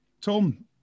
Tom